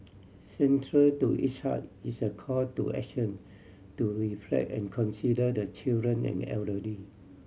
central to its heart is a call to action to reflect and consider the children and elderly